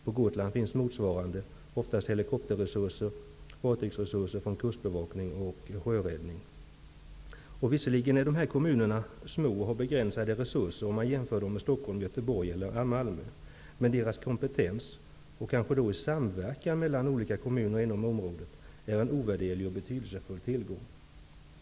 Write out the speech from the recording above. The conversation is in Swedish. På Gotland finns motsvarande resurser, såsom helikoptrar och fartyg från kustbevakning och sjöräddning. Visserligen är dessa kommuner små och har begränsade resurser i jämförelse med Stockholm, Göteborg och Malmö. Men kompetensen i kommunerna och möjligheten till samverkan med olika kommuner inom området är en ovärderlig och betydelsfull tillgång.